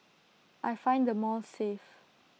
I find the malls safe